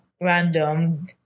random